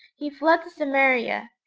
he fled to samaria.